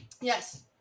Yes